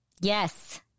Yes